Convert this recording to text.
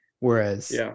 Whereas